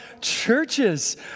churches